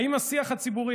האם השיח הציבורי,